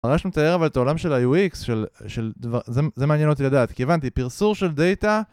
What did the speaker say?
ממש מתאר אבל את העולם של הUX של, של... זה כבר... זה מעניין אותי לדעת, כי הבנתי פרסור של דאטה...